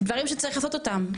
דברים שצריך לעשות אותם,